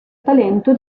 talento